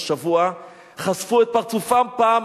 שהשבוע חשפו את פרצופם פעם,